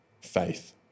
faith